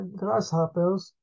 grasshoppers